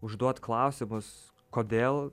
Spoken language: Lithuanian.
užduot klausimus kodėl